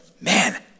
Man